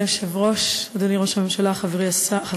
אדוני היושב-ראש, אדוני ראש הממשלה, חברי השרים,